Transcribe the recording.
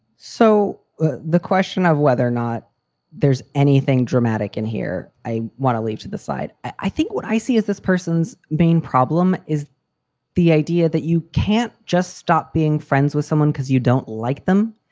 so ah the question of whether or not there's anything dramatic in here, i want to leave to the side i think what i see is this person's main problem is the idea that you can't just stop being friends with someone because you don't like them.